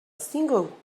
single